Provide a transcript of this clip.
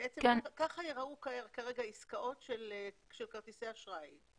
בעצם כך ייראו כרגע עסקאות של כרטיסי אשראי.